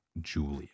Julia